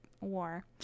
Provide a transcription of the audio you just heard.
War